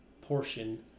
portion